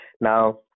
now